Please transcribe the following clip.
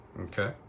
okay